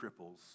cripples